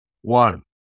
One